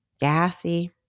gassy